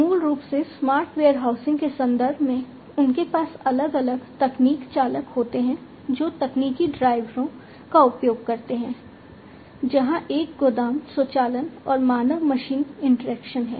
मूल रूप से स्मार्ट वेयरहाउसिंग के संदर्भ में उनके पास अलग अलग तकनीक चालक होते हैं जो तकनीकी ड्राइवरों का उपयोग करते हैं जहां एक गोदाम स्वचालन और मानव मशीन इंटरैक्शन है